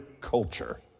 culture